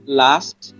last